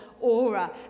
aura